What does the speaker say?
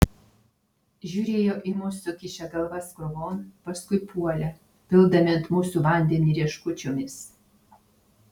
žiūrėjo į mus sukišę galvas krūvon paskui puolė pildami ant mūsų vandenį rieškučiomis